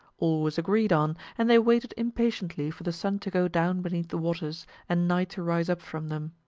all was agreed on, and they waited impatiently for the sun to go down beneath the waters and night to rise up from them.